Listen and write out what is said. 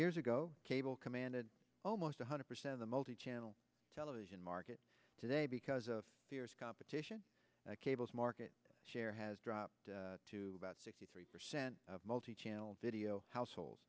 years ago cable commanded almost one hundred percent of the multi channel television market today because of fierce competition cables market share has dropped to about sixty three percent of multichannel video households